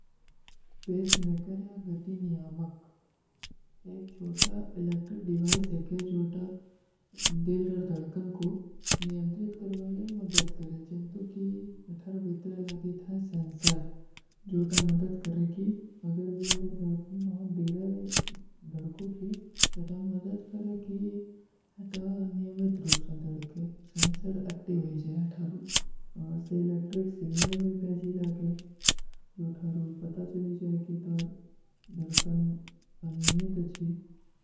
ମୈଂନେ ସିର୍ଫ ପାଁଚୀଜର ସାହେତାର ବହୁତ ହୀ ଅଚ୍ଛା ଔର ସ୍ଵାଦିସ୍ଟ ଖାନା ବନୀ ସକୂଁଚୂ। ଜିନ୍ଟୋ କୀ ହମେଂ ପୁଲାଵ ବନୀ ସକୂଁଚୂ। ଚାଵଲ ନହୀଂ କରନା ହୈ କି ଆଲୂ ରଲ ଦାଵା, ଗୋବୀଂ ଦାଦୀ ସକୂଁଚୂ ମେଂ, ତୀକେ ସା ଭ୍ଯାଜ, ବଟମାଟର, ବସ ପାଁଚୀଜର ହୁଈ ହୈତାର ବହୁତ ହୀ ସ୍ଵାଦିସ୍ଟ ଔର ମନପସଂଦ ସବକର ଖାନା ବନୀ ସକେ। ଔର ସବସେ ଅଚ୍ଛା ଔର ପଷ୍ଟିକ ଭୀ ହୈ ଜୀଵା, ସବକୋ ଭଡପୂର ମାତର ପ୍ରୋଟୀନ ଭୀ ମିଲବା।